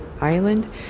island